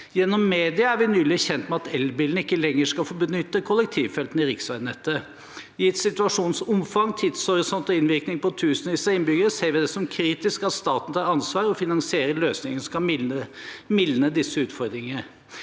Gjennom media er vi nylig kjent med at elbilene ikke lenger skal få benytte kollektivfeltene i riksveinettet. I et situasjonsomfang, tidshorisont og innvirkning på tusenvis av innbyggere ser vi det som kritisk at staten tar ansvar og finansierer løsninger som skal mildne disse utfordringene.